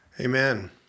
amen